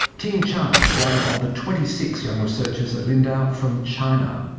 ting zhang, one of the twenty six young researchers at lindau from china.